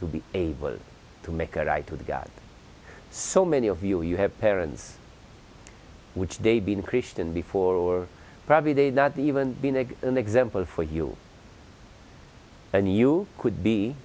to be able to make a right to the god so many of you you have parents which day be increased in before or probably did not even been a good example for you and you could be